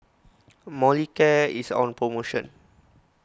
Molicare is on promotion